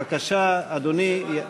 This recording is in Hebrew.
בבקשה, אדוני.